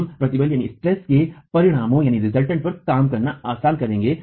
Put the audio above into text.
हम प्रतिबल के परिणामकों पर काम करना आसान करेंगे